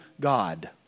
God